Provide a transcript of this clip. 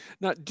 Now